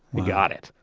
got it.